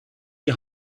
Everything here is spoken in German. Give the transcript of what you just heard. die